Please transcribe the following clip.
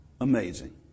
Amazing